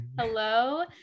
Hello